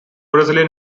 brazilian